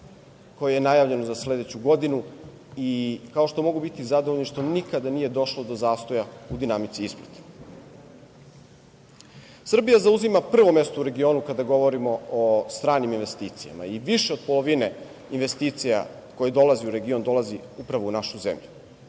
koje je najavljeno za sledeću godinu i kao što mogu biti zadovoljni što nikada nije došlo do zastoja u dinamici isplate. Srbija zauzima prvo mesto u regionu kada govorimo o stranim investicijama i više od polovine investicija koje dolaze u region dolazi upravo u našu zemlju.